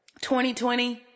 2020